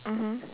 mmhmm